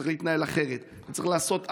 צריך להתנהל אחרת, צריך לעשות א'